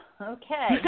Okay